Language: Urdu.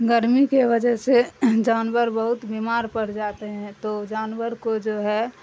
گرمی کے وجہ سے جانور بہت بیمار پڑ جاتے ہیں تو جانور کو جو ہے